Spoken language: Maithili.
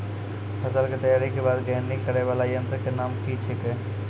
फसल के तैयारी के बाद ग्रेडिंग करै वाला यंत्र के नाम की छेकै?